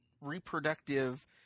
reproductive